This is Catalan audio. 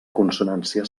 consonància